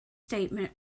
statement